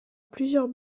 plusieurs